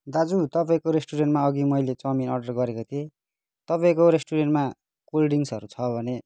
दाजु तपाईँको रेस्टुरेन्टमा अघि मैले चाउमिन अर्डर गरेको थिएँ तपाईँको रेस्टुरेन्टमा कोल्ड ड्रिन्क्सहरू छ भने